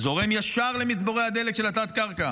הוא זורם ישר למצבורי הדלק של התת-קרקע.